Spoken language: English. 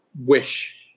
wish